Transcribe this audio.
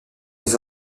les